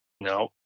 no